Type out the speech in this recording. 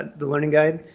the learning guide.